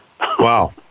Wow